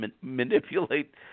manipulate